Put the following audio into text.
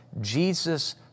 Jesus